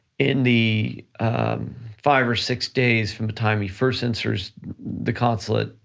in the five or six days from the time he first enters the consulate,